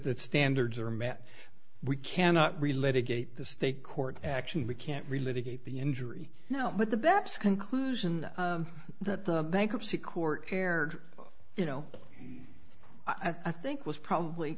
the standards are met we cannot relate a gate the state court action we can't relive again the injury now but the best conclusion that the bankruptcy court cared you know i think was probably